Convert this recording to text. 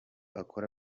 akora